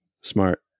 smart